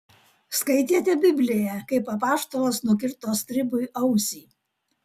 skaitėte bibliją kaip apaštalas nukirto stribui ausį